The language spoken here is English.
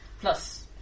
Plus